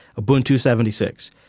Ubuntu76